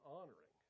honoring